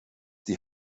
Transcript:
die